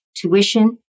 tuition